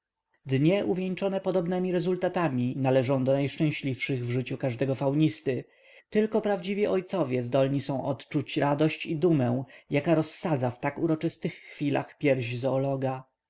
dnie uwieńczone podobnemi rezultatami należą do najszczęśliwszych w życiu każdego faunisty tylko prawdziwi ojcowie zdolni są odczuć radość i dumę jaka rozsadza w tak uroczystych chwilach pierś zoologa